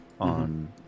On